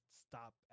stop